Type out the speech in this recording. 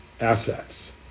assets